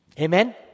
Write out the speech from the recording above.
Amen